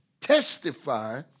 testify